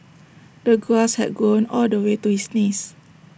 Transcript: the grass had grown all the way to his knees